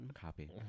Copy